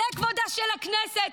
זה כבודה של הכנסת,